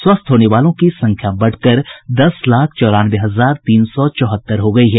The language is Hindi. स्वस्थ होने वालों की संख्या बढ़कर दस लाख चौरानवे हजार तीन सौ चौहत्तर हो गयी है